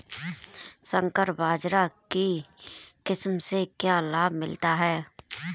संकर बाजरा की किस्म से क्या लाभ मिलता है?